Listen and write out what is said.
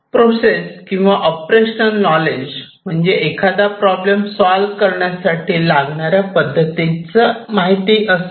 process किंवा operational knowledge म्हणजेच एखादा प्रॉब्लेम सॉल करण्यासाठी लागणाऱ्या पद्धतींचा माहिती असणे